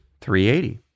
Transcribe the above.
380